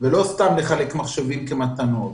ולא סתם לחלק מחשבים כמתנות.